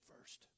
first